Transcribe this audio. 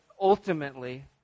ultimately